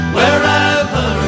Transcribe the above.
wherever